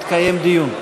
יתקיים דיון.